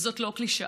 וזאת לא קלישאה.